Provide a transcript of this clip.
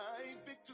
victory